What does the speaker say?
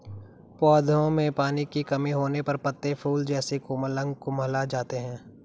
पौधों में पानी की कमी होने पर पत्ते, फूल जैसे कोमल अंग कुम्हला जाते हैं